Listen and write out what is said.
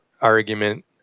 argument